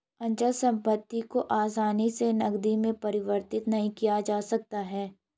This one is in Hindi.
अचल संपत्ति को आसानी से नगदी में परिवर्तित नहीं किया जा सकता है